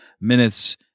minutes